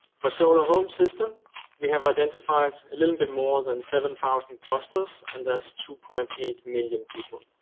for solar home system we have identified a little bit more than seven thousand clusters and there's two point eight million people.